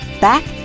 back